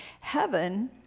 Heaven